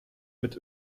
mit